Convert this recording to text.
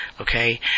Okay